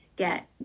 get